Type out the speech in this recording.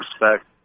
respect